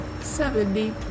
Seventy